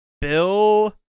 Bill